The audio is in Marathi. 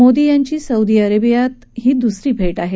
मोदी यांची सौदी अरेबियाची ही दुसरी भेट आहे